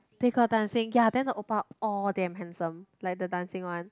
they got dancing ya then the oppa all damn handsome like the dancing one